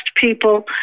people